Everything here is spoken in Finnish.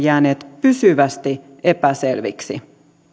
jääneet pysyvästi epäselviksi